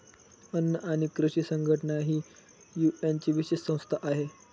अन्न आणि कृषी संघटना ही युएनची विशेष संस्था आहे